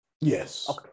Yes